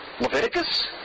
Leviticus